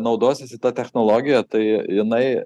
naudosiesi ta technologija tai jinai